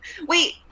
wait